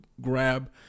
grab